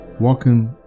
Welcome